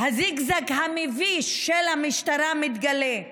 הזיגזג המביש של המשטרה מתגלה.